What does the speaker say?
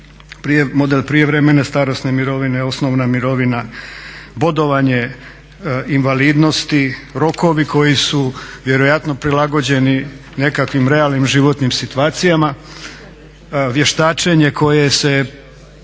model prijevremene starosne mirovine, osnovna mirovina, bodovanje invalidnosti, rokovi koji su vjerojatno prilagođeni nekakvim realnim životnim situacijama, vještačenje koje se